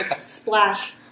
splash